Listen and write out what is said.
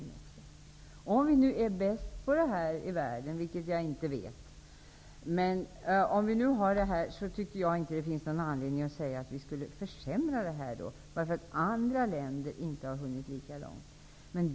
Oavsett om vi nu är bäst i världen på hemspråksundervisning eller inte, vilket jag inte vet om vi är, tycker jag inte att det finns någon anledning att säga att vi skall förändra undervisningen därför att andra länder inte har hunnit lika långt.